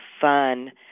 fun